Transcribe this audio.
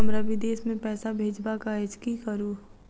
हमरा विदेश मे पैसा भेजबाक अछि की करू?